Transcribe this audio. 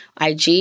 IG